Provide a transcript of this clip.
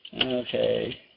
okay